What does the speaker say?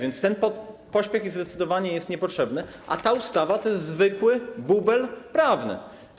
Więc ten pośpiech zdecydowanie jest niepotrzebny, a ta ustawa to jest zwykły bubel prawny.